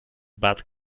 bat